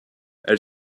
elle